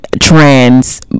trans